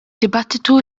dibattitu